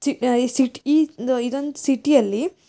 ಚಿ ಈ ಸಿಟಿ ಇದೊಂದು ಸಿಟಿಯಲ್ಲಿ